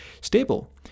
stable